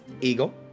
Eagle